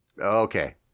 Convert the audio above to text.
Okay